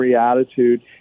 attitude